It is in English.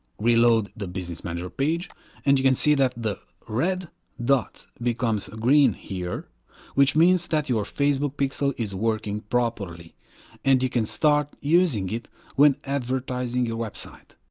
reload the business manager page and you can see that the red dot becomes green here which means that your facebook pixel is working properly and you can start using it when advertising your website.